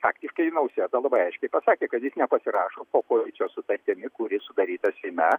faktiškai nausėda labai aiškiai pasakė kad jis nepasirašo po koalicijos sutartimi kuri sudaryta seime